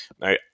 now